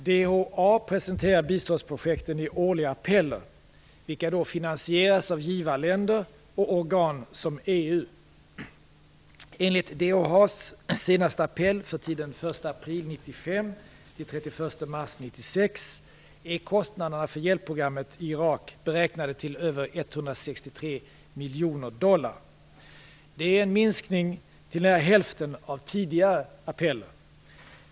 DHA presenterar biståndsprojekten i årliga appeller vilka finansieras av givarländer och organ som 1995-31 mars 1996 är kostnaderna för hjälpprogrammet i Irak beräknade till över 163 miljoner dollar. Det är en minskning till nära hälften av tidigare appeller.